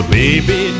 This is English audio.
baby